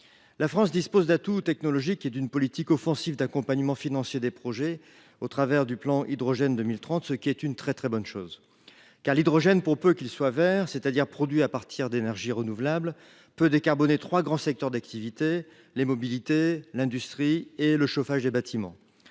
la France dispose d'atouts technologiques et d'une politique offensive d'accompagnement financier des projets, au travers du plan hydrogène 2030, et c'est réellement une très bonne chose. Pour peu qu'il soit vert, c'est-à-dire produit à partir d'énergies renouvelables, l'hydrogène peut décarboner trois grands secteurs d'activité : les mobilités, l'industrie et le chauffage des bâtiments.